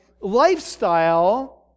lifestyle